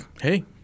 hey